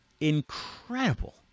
incredible